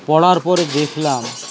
পড়ার পরে দেখলাম